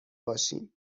باشیم